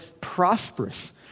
prosperous